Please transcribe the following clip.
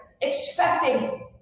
expecting